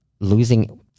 Losing